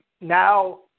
now